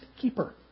keeper